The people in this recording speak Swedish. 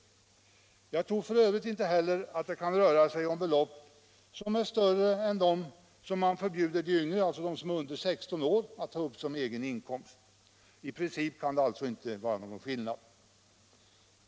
Jag tror f.ö. inte heller att det kan röra sig om belopp som är större än de som man förbjuder den som är under 16 år att ta upp som egen inkomst. I princip kan det alltså inte vara någon skillnad.